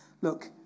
look